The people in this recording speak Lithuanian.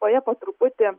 o jie po truputį